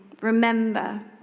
remember